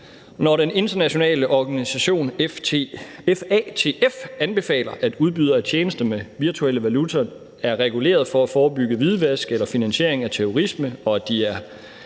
Når den internationale organisation FATF anbefaler, at udbydere af tjenester med virtuelle valutaer er reguleret for at forebygge hvidvask eller finansiering af terrorisme, og at de